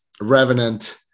revenant